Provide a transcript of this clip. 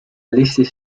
laisser